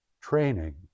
training